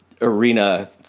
arena